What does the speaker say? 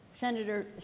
Senator